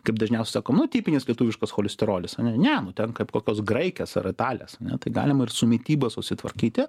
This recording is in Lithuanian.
kaip dažniausia sako nu tipinis lietuviškas cholesterolis ane nu ten kaip kokios graikės ar italės ane tai galima ir su mityba susitvarkyti